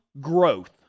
growth